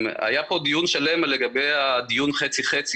היה פה דיון שלם לגבי הדיון חצי-חצי,